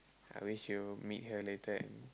I wish you meet her later and